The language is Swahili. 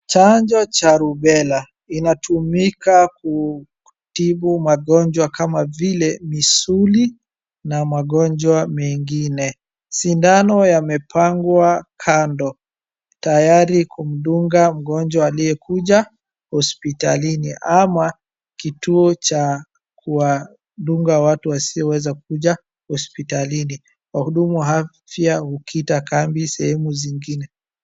Chanjo ya rubela inatumika kutibu magonjwa kama vile misuli na magonjwa mengine. Sindano yamepangwa kando tayari kumdunga mgonjwa aliyekuja hospitalini ama kituo cha wakudunga watu wasio weza kuja hospitalini. Wahudumu wa afya hukita kambi sehemu zingine.